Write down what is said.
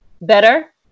better